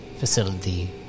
facility